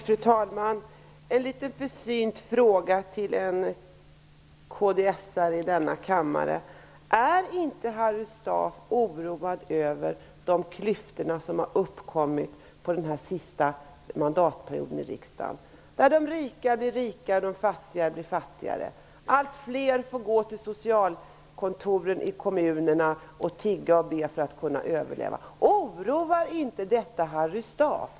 Fru talman! En liten försynt fråga till en kds:are i denna kammare: Är inte Harry Staaf oroad över de klyftor som uppkommit under den senaste mandatperioden i riksdagen? De rika blir rikare och de fattiga blir fattigare. Allt fler får gå till socialkontoren i kommunerna och tigga för att kunna överleva. Oroar inte detta Harry Staaf?